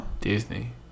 Disney